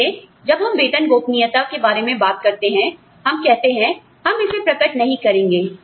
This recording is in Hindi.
इसलिए जब हम वेतन गोपनीयता के बारे में बात करते हैं हम कहते हैं हम इसे प्रकट नहीं करेंगे